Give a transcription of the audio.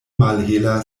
malhela